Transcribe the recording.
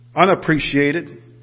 unappreciated